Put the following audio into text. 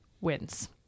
wins